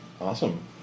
Awesome